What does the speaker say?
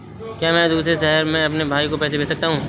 क्या मैं किसी दूसरे शहर में अपने भाई को पैसे भेज सकता हूँ?